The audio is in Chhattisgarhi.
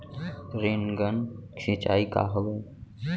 रेनगन सिंचाई का हवय?